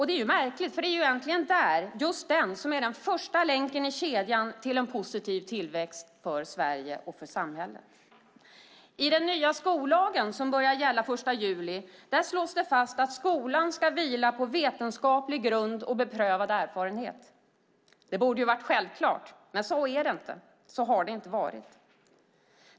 Det är märkligt, för det är egentligen just den som är den första länken i kedjan till en positiv tillväxt för Sverige och för samhället. I den nya skollagen, som börjar gälla den 1 juli, slås det fast att skolan ska vila på vetenskaplig grund och beprövad erfarenhet. Det borde vara självklart, men så är det inte och så har det inte varit.